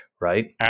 right